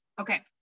Okay